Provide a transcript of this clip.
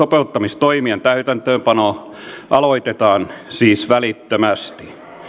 sopeuttamistoimien täytäntöönpano aloitetaan siis välittömästi